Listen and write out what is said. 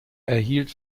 erhielt